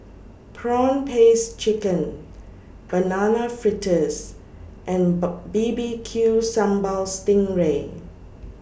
Prawn Paste Chicken Banana Fritters and B B Q Sambal Sting Ray